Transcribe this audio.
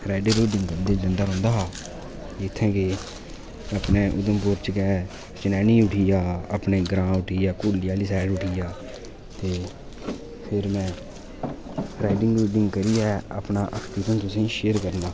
riding करन जंदा रौंह्दा हा इत्थै बी अपने उधमपुर च गै चनैनी उठी आ हा अपने ग्रांऽ उठी आ कुरली आह्ली साइड़ उठी आ फिर मैं राइडिंग राइडिंग करियै अपना ऐक्सपिरियंस तुसेंई शेयर करना